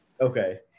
Okay